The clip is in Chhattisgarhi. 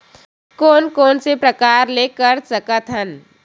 कोन कोन से प्रकार ले कर सकत हन?